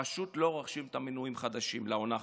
פשוט לא רוכשים מינויים חדשים לעונה החדשה.